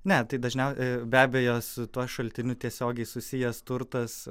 ne tai dažniau be abejo su tuo šaltiniu tiesiogiai susijęs turtas